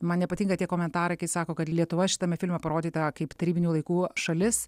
man nepatinka tie komentarai kai sako kad lietuva šitame filme parodyta kaip tarybinių laikų šalis